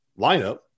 lineup